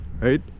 right